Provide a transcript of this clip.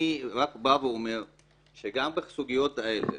אני רק אומר שגם בסוגיות האלה